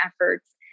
efforts